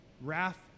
wrath